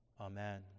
Amen